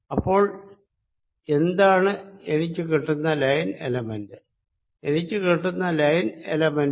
അപ്പോൾ എന്താണ് എനിക്ക് കിട്ടുന്ന ലൈൻ എലമെന്റ്